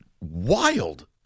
wild